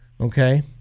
Okay